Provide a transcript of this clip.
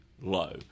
low